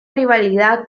rivalidad